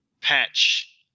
patch